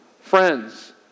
friends